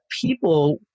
people